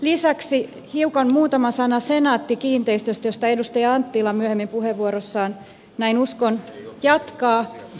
lisäksi muutama sana senaatti kiinteistöistä josta edustaja anttila myöhemmin puheenvuorossaan näin uskon jatkaa